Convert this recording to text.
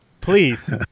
Please